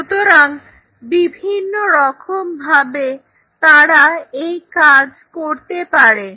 সুতরাং বিভিন্ন রকম ভাবে তারা এই কাজ করতে পারে